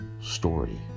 story